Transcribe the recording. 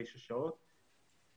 תשע שעות שבועיות,